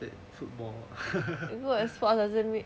like football